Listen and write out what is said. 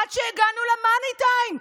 עד שהגענו למאני טיים.